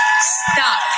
Stop